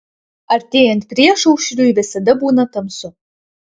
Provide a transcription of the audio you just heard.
artėjant priešaušriui visada būna tamsu